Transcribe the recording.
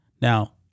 Now